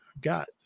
got